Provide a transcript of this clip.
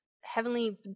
heavenly